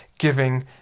Giving